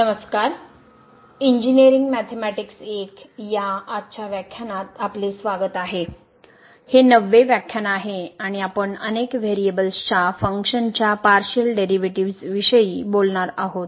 नमस्कार engineering mathematics 1या आजच्या व्याख्यानांत आपले स्वागत आहे हे 9 वे व्याख्यान आहे आणि आपण अनेक व्हेरिएबल्सच्या फंक्शन्सच्या पारशिअल डेरिव्हेटिव्हज विषयी बोलत आहोत